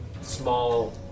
small